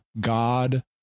God